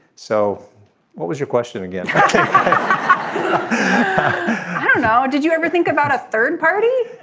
so what was your question again um now did you ever think about a third party.